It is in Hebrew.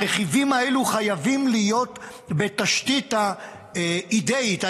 הרכיבים האלה חייבים להיות בתשתית האידיאית,